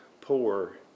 poor